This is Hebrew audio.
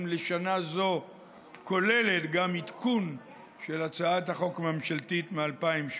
לשנה זו כוללת גם עדכון של הצעת החוק הממשלתית מ-2017,